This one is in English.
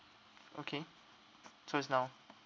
okay two weeks now